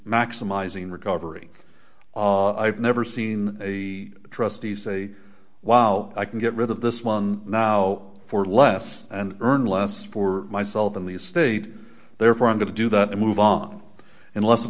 maximizing recovery i've never seen a trustee say wow i can get rid of this month now for less and earn less for myself in the state therefore i'm going to do that and move on unless of